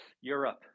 Europe